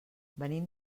venim